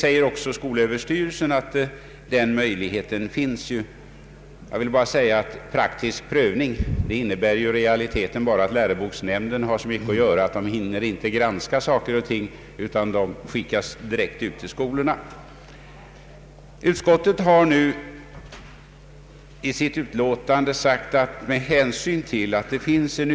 Även skolöverstyrelsen anför att man har denna möjlighet med ”praktisk prövning”. Jag vill då erinra om att praktisk prövning i realiteten bara innebär att materialet skickas ut till skolorna därför att läroboksnämnden har så mycket att göra att den inte hinner granska allt.